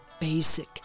basic